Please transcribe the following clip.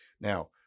Now